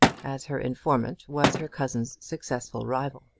as her informant was her cousin's successful rival.